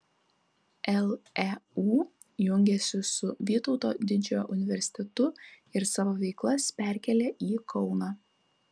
leu jungiasi su vytauto didžiojo universitetu ir savo veiklas perkelia į kauną